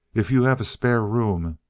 if you have a spare room,